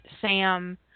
Sam